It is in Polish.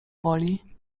woli